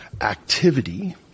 activity